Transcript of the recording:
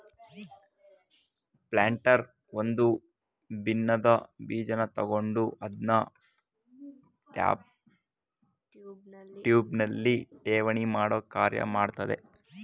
planter ಒಂದು ಬಿನ್ನಿನ್ದ ಬೀಜನ ತಕೊಂಡು ಅದ್ನ ಟ್ಯೂಬ್ನಲ್ಲಿ ಠೇವಣಿಮಾಡೋ ಕಾರ್ಯ ಮಾಡ್ತದೆ